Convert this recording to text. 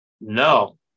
No